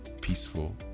peaceful